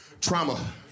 trauma